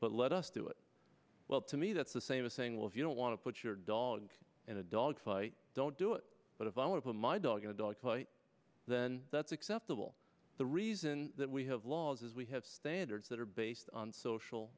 but let us do it well to me that's the same as saying well if you don't want to put your dog in a dog fight don't do it but if i open my dog a dog fight then that's acceptable the reason that we have laws is we have standards that are based on social